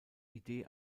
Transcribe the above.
idee